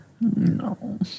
No